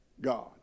God